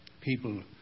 people